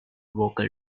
vocal